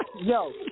yo